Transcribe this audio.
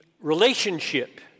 relationship